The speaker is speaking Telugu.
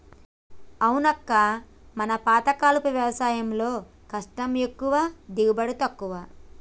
అవునక్క మన పాతకాలపు వ్యవసాయంలో కష్టం ఎక్కువ దిగుబడి తక్కువ